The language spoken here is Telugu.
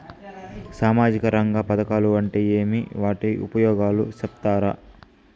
సామాజిక రంగ పథకాలు అంటే ఏమి? వాటి ఉపయోగాలు సెప్తారా?